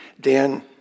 Dan